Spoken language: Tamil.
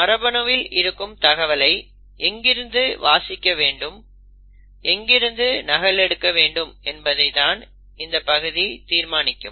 மரபணுவில் இருக்கும் தகவலை எங்கிருந்து வாசிக்க வேண்டும் எங்கிருந்து நகல் எடுக்க வேண்டும் என்பதை இந்த பகுதி தான் தீர்மானிக்கும்